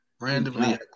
Randomly